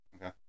Okay